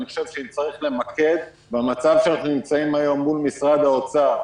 אני חושב שאם צריך למקד במצב שאנחנו נמצאים היום מול משרד האוצר,